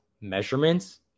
measurements